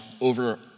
over